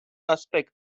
aspect